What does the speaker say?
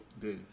day